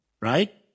Right